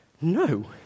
No